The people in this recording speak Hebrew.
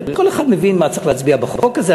כל אחד מבין מה צריך להצביע בחוק הזה,